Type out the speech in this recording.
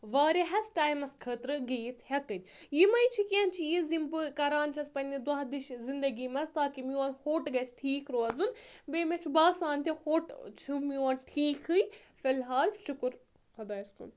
واریاہَس ٹایمَس خٲطرٕ گیٚیِتھ ہیٚکٕنۍ یِمٔے چھِ کیٚنٛہہ چیٖز یِم بہٕ کَران چھیٚس پننہِ دۄہ دِش زِندگی منٛز تاکہِ میٛون ہوٚٹ گژھہِ ٹھیٖک روزُن بیٚیہِ مےٚ چھُ باسان تہِ ہوٚٹ چھُ میٛون ٹھیٖکھٕے فی الحال شکر خۄدایَس کُن